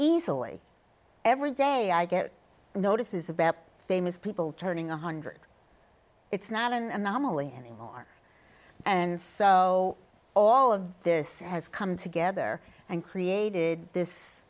easily every day i get notices about famous people turning one hundred it's not an anomaly anymore and so all of this has come together and created this